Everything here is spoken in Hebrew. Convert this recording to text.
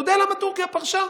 אתה יודע למה טורקיה פרשה?